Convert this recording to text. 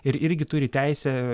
ir irgi turi teisę